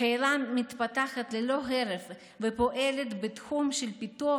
הקהילה מתפתחת ללא הרף ופועלת בתחום של פיתוח